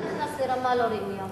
אני חושבת שאתה נכנס לרמה לא ראויה.